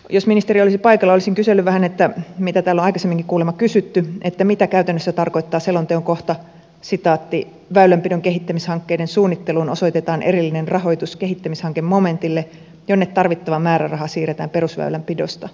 jos ministeri olisi paikalla olisin kysellyt vähän siitä mitä täällä on aikaisemminkin kuulemma kysytty mitä käytännössä tarkoittaa selonteon kohta väylänpidon kehittämishankkeiden suunnitteluun osoitetaan erillinen rahoitus kehittämishankemomentille jonne tarvittava määräraha siirretään perusväylänpidosta